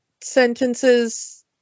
sentences